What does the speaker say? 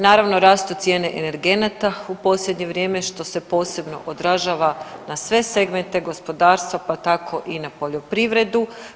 Naravno rastu cijene energenata u posljednje vrijeme što se posebno odražava na sve segmente gospodarstva pa tako i na poljoprivredu.